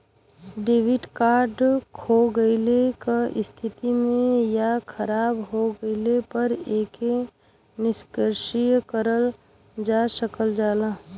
debit card खो गइले क स्थिति में या खराब हो गइले पर एके निष्क्रिय करल जा सकल जाला